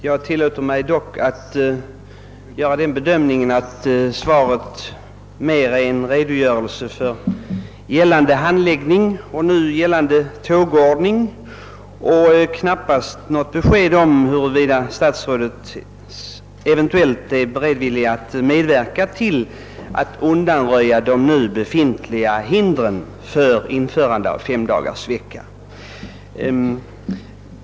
Jag tillåter mig dock att göra den bedömningen, att svaret mera är en redogörelse för gällande handläggning och nu gällande tågordning än något besked om huruvida statsrådet eventuellt är villig att medverka till att undanröja befintliga hinder för införandet av femdagarsvecka.